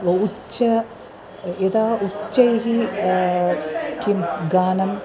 उच्च यदा उच्चैः किं गानम्